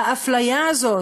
והאפליה הזאת,